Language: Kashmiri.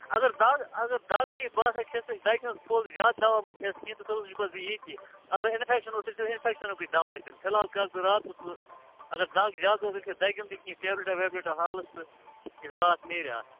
اَگر دَگ اَگر دَگ چھِی باسان تیٚلہِ کھیٚے ژٕ دگہِ ہُنٛد پھوٚل سُہ زیادٕ دواہ مہٕ کھیٚس کیٚنٛہہ تہٕ ژٕ تھوتھ بہٕ تھَوتھ ییٚتی اَگرے انفیٚکشن اوسٕے تیٚلہِ چھُس انفیٚکشنُکُے دواہ دِیُن فِلحال کڈ ژٕ راتَس اَگر دَگ زیادٕ ٲسٕے کھیٚے دگہِ ہُنٛدُے کیٚنٛہہ ٹیبلٕٹا ویبلٕیٹا حالس تہٕ یُتھ راتھ نیرا اتھ